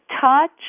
touch